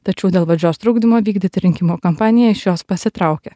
tačiau dėl valdžios trukdymo vykdyti rinkimų kampaniją iš jos pasitraukė